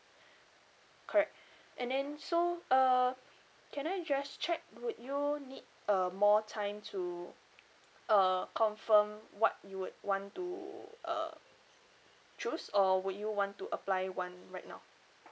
correct and then so uh can I just check would you need uh more time to uh confirm what you would want to uh choose or would you want to apply one right now